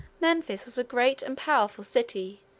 memphis was a great and powerful city,